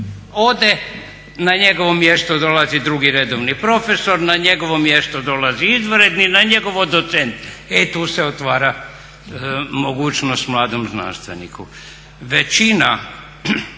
ode, na njegovo mjesto dolazi drugi redovni profesor, na njegovo mjesto dolazi izvanredni, na njegovo docent. E tu se otvara mogućnost mladom znanstveniku. Većina,